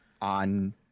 on